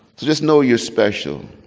just know you're special.